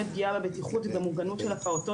פגיעה בבטיחות ובמוגנות של הפעוטות.